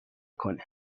کنه